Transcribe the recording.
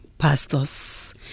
pastors